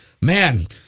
Man